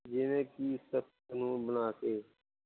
ਜਿਵੇਂ ਕਿ ਸਖ਼ਤ ਕਾਨੂੰਨ ਬਣਾ ਕੇ